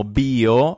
bio